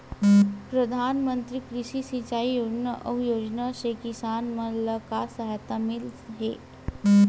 प्रधान मंतरी कृषि सिंचाई योजना अउ योजना से किसान मन ला का सहायता मिलत हे?